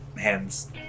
hands